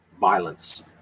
violence